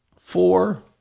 Four